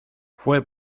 fue